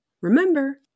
Remember